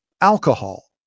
alcohol